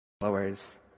followers